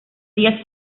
díez